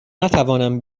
نتوانم